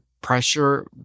pressure